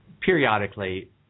periodically